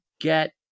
get